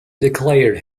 declared